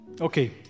Okay